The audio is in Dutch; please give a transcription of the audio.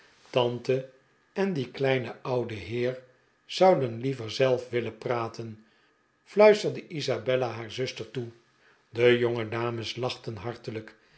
tante en die kleine oude heer zouden liever zelf willen praten fluisterde isabella haar zuster toe de jongedames lachten hartelijk